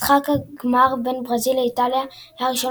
משחק הגמר בין ברזיל לאיטליה היה הראשון